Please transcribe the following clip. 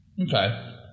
Okay